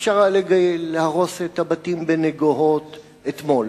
אפשר היה להרוס את הבתים בנגוהות אתמול,